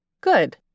Good